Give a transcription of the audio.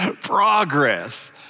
progress